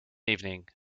evening